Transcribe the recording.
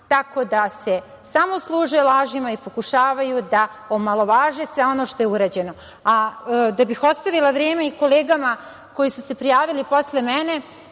Tako da se samo služe lažima i pokušavaju da omalovaže sve ono što je urađeno. Da bih ostavila vreme i kolegama koji su se prijavili posle mene,